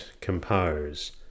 compose